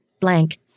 Blank